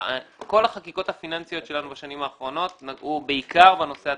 כל החקיקות הפיננסיות שלנו בשנים האחרונות נגעו בעיקר בנושא הצרכנות.